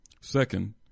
Second